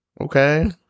Okay